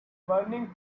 burning